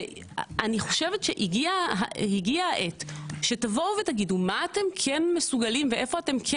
ואני חושבת שהגיעה העת שתבואו ותגידו מה אתם כן מסוגלים ואיפה אתם כן